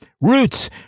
Roots